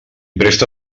presta